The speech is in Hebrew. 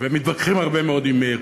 ומתווכחים הרבה מאוד עם מאיר,